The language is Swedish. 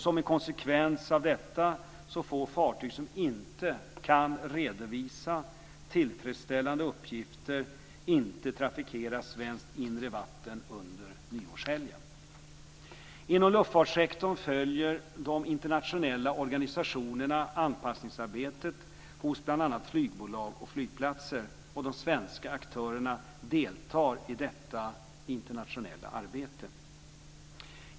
Som en konsekvens av detta får fartyg som inte kan redovisa tillfredsställande uppgifter inte trafikera svenskt inre vatten under nyårshelgen. Inom luftfartssektorn följer de internationella organisationerna anpassningsarbetet hos bl.a. flygbolag och flygplatser. De svenska aktörerna deltar i detta internationella arbete.